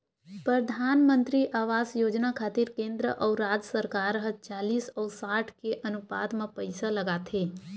परधानमंतरी आवास योजना खातिर केंद्र अउ राज सरकार ह चालिस अउ साठ के अनुपात म पइसा लगाथे